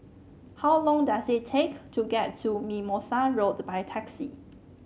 how long does it take to get to Mimosa Road by taxi